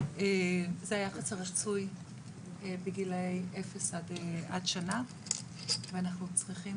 זה היחס הרצוי בגילאי 0 עד שנה ואנחנו צריכים